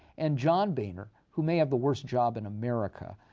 and john boehner, who may have the worst job in america